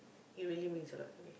he really means a lot to me